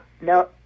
no